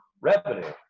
revenue